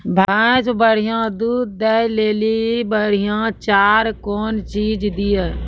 भैंस बढ़िया दूध दऽ ले ली बढ़िया चार कौन चीज दिए?